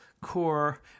core